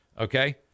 Okay